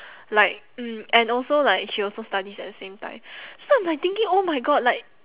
like mm and also like she also studies at the same time so I'm like thinking oh my god like